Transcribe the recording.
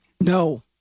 No